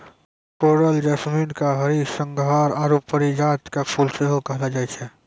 coral jasmine के हरसिंहार आरु परिजात के फुल सेहो कहलो जाय छै